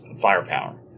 firepower